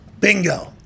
bingo